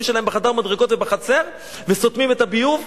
שלהם בחדר המדרגות ובחצר וסותמים את הביוב?